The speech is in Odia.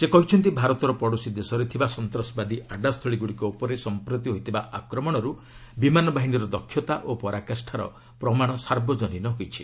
ସେ କହିଛନ୍ତି ଭାରତର ପଡୋଶୀ ଦେଶରେ ଥିବା ସନ୍ତାସବାଦୀ ଆଡ୍ଗୁସ୍ଥଳୀଗୁଡ଼ିକ ଉପରେ ସମ୍ପ୍ରତି ହୋଇଥିବା ଆକ୍ରମଣରୁ ବିମାନ ବାହିନୀର ଦକ୍ଷତା ଓ ପରାକାଷାର ପ୍ରମାଣ ସାର୍ବଜନୀନ ହୋଇଛି